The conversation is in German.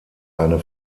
eine